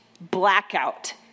blackout